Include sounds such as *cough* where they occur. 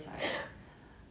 *breath*